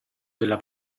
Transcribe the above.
della